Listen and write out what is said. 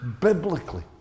biblically